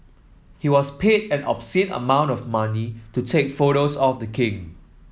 he was paid an obscene amount of money to take photos of the king